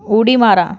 उडी मारा